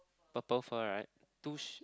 purple fur right two sheep